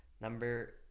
Number